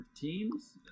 teams